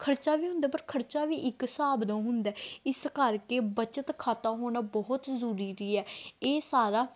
ਖਰਚਾ ਵੀ ਹੁੰਦਾ ਪਰ ਖਰਚਾ ਵੀ ਇੱਕ ਹਿਸਾਬ ਦਾ ਹੁੰਦਾ ਇਸ ਕਰਕੇ ਬੱਚਤ ਖਾਤਾ ਹੋਣਾ ਬਹੁਤ ਜ਼ਰੂਰੀ ਹੈ ਇਹ ਸਾਰਾ